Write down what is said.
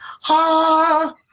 ha